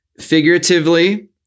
figuratively